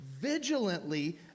vigilantly